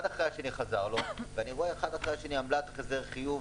אחד אחרי השני חזר לו ואני רואה אחד אחרי השני עמלת החזר חיוב,